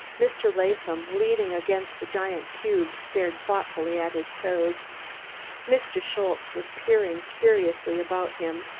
mr. latham, leaning against the giant cube, stared thoughtfully at his toes mr. schultze was peering curiously about him,